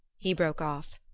he broke off.